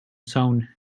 zone